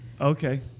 Okay